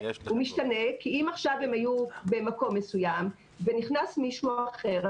כי אם עכשיו הם היו במקום מסוים ונכנס מישהו אחר,